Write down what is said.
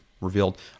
revealed